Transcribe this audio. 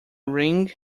ring